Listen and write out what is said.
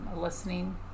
listening